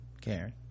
karen